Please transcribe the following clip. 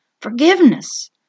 forgiveness